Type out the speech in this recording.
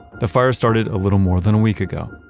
the fire started a little more than a week ago.